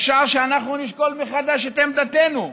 אפשר שנשקול מחדש את עמדתנו.